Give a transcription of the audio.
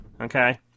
Okay